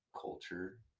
culture